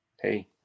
hey